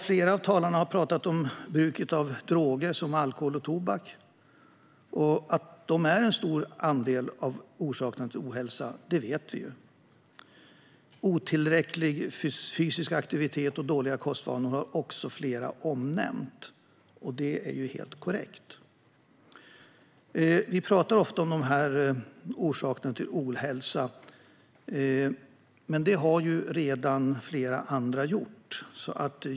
Flera av talarna har pratat om bruket av droger som alkohol och tobak. Att de är en stor del av orsakerna till ohälsa vet vi. Otillräcklig fysisk aktivitet och dåliga kostvanor har också flera nämnt, och det är helt korrekt. Vi pratar ofta om orsakerna till ohälsa, men detta har flera andra redan gjort.